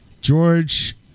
George